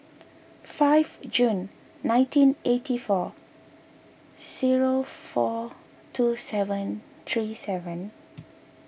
five June nineteen eighty four zero four two seven three seven